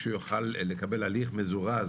שהוא יוכל לקבל הליך מזורז